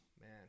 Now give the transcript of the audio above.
man